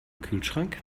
kühlschrank